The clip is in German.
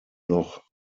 noch